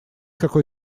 какой